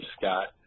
Scott